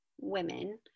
women